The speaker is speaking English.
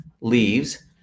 leaves